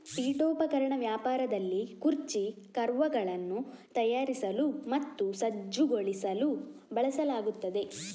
ಪೀಠೋಪಕರಣ ವ್ಯಾಪಾರದಲ್ಲಿ ಕುರ್ಚಿ ಕವರ್ಗಳನ್ನು ತಯಾರಿಸಲು ಮತ್ತು ಸಜ್ಜುಗೊಳಿಸಲು ಬಳಸಲಾಗುತ್ತದೆ